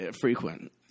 Frequent